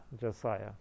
Josiah